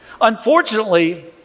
Unfortunately